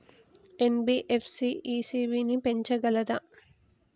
NBFC ECB ని పెంచగలదా?